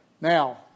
Now